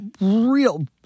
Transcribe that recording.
real